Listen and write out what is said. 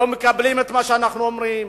שלא מקבלים את מה שאנחנו אומרים,